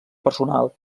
personal